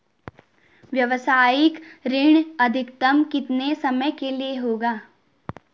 व्यावसायिक ऋण अधिकतम कितने समय के लिए होगा?